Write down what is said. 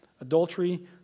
adultery